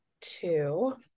two